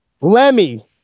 Lemmy